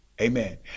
amen